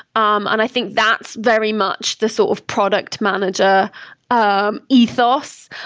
um and i think that's very much the sort of product manager um ethos.